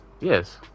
Yes